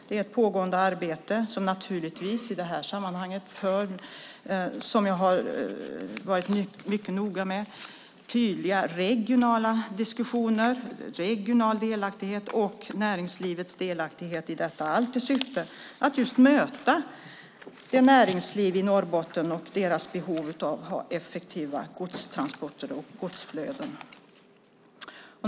Det är ett pågående arbete där det naturligtvis i detta sammanhang, vilket jag har varit mycket noga med, förs tydliga regionala diskussioner om regional delaktighet och näringslivets delaktighet, allt i syfte att just möta näringslivet i Norrbotten och dess behov av effektiva godstransporter och godsflöden.